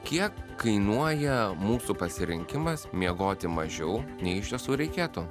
kiek kainuoja mūsų pasirinkimas miegoti mažiau nei iš tiesų reikėtų